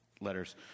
letters